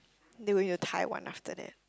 they going to Taiwan after that